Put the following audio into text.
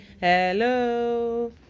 hello